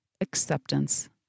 acceptance